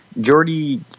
Jordy